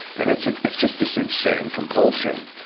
and it's a, it's just this insane compulsion.